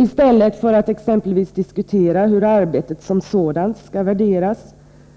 I stället för att exempelvis diskutera hur arbetet som sådant skall värderas